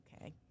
okay